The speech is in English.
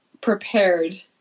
prepared